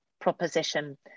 proposition